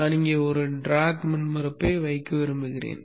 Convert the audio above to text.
நான் இங்கே ஒரு ட்ராக் மின்மறுப்பை வைக்க விரும்புகிறேன்